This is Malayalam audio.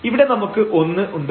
ഇവിടെ നമുക്ക് 1 ഉണ്ട്